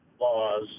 laws